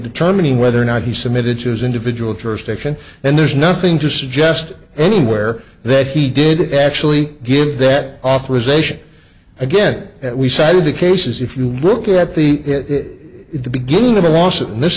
determining whether or not he submitted to his individual jurisdiction and there's nothing to suggest anywhere that he did actually give that authorization again we cited the cases if you look at the the beginning of the lawsuit and this